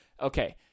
okay